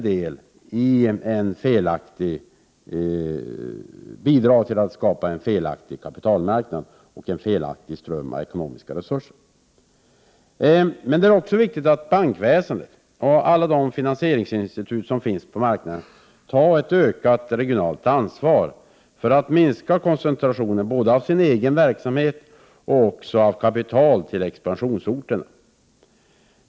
De bidrar till att skapa en felaktig kapitalmarknad och felaktiga strömmar av ekonomiska resurser. Det är emellertid också viktigt att bankväsendet och alla de finansieringsinstitut som finns på marknaden tar ett ökat regionalt ansvar för att minska koncentrationen både av sin egen verksamhet och av kapital till expansionsorterna.